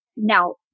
Now